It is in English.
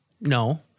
No